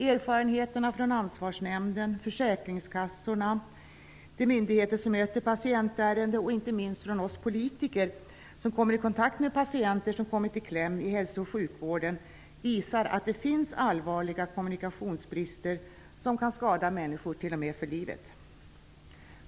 Erfarenheterna från Ansvarsnämnden, från försäkringskassorna, från de myndigheter som handlägger patientärenden och inte minst från politiker som kontaktats av patienter som kommit i kläm i hälso och sjukvården visar att det finns allvarliga kommunikationsbrister, som kan skada människor t.o.m. för livet.